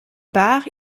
part